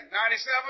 97